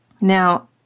Now